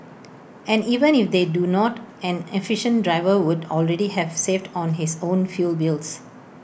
and even if they do not an efficient driver would already have saved on his own fuel bills